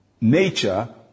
nature